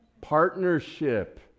Partnership